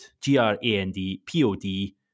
g-r-a-n-d-p-o-d